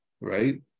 right